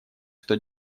что